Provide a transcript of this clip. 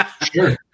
Sure